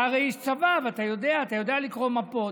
אתה הרי איש צבא, ואתה יודע, אתה יודע לקרוא מפות.